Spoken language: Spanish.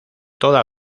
toda